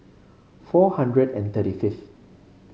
four hundred and thirty fifth